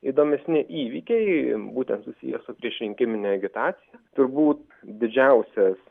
įdomesni įvykiai būtent susiję su priešrinkimine agitacija turbūt didžiausias